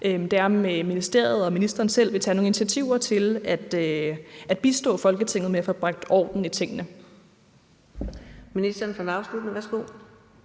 her – om ministeriet og ministeren selv vil tage nogen initiativer til at bistå Folketinget med at få bragt orden i tingene?